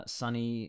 sunny